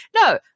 No